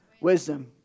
Wisdom